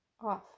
off